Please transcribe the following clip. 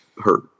hurt